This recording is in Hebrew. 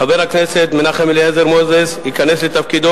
חבר הכנסת מנחם אליעזר מוזס ייכנס לתפקידו